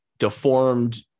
deformed